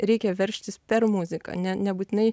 reikia veržtis per muziką ne nebūtinai